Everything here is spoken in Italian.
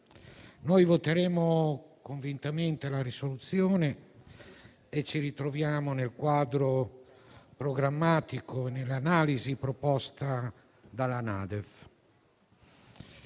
noi voteremo convintamente la risoluzione e ci ritroviamo nel quadro programmatico e nell'analisi proposta dalla NADEF.